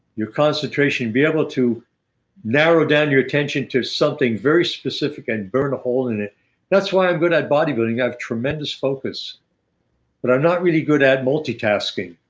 your concentration be able to narrow down your tension to something very specific and burn a hole in it that's why i'm good at body building. i have tremendous focus but i'm not really good at multi-tasking.